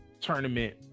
tournament